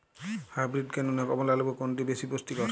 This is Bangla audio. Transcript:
হাইব্রীড কেনু না কমলা লেবু কোনটি বেশি পুষ্টিকর?